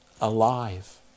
alive